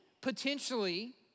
potentially